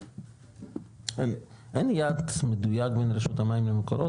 אין יעד מדויק בין רשות המים למקורות?